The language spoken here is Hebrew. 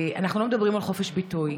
אנחנו לא מדברים על חופש ביטוי,